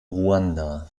ruanda